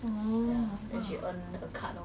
orh !wah!